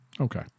Okay